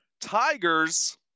Tigers